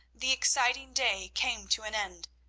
the exciting day came to an end,